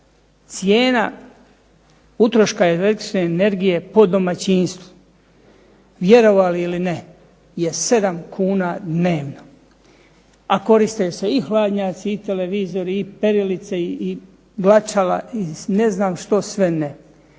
cijena utroška električne energije po domaćinstvu, vjerovali ili ne, je 7 kuna dnevno, a koriste se i hladnjaci i televizori i perilice i glačala i ne znam što sve ne.